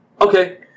okay